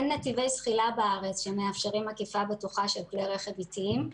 אין נתיבי זחילה בארץ שמאפשרים עקיפה בטוחה של כלי רכב איטיים.